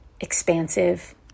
expansive